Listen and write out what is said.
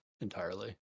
entirely